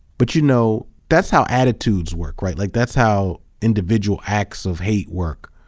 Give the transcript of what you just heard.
but you know, that's how attitudes work, right? like that's how individual acts of hate work.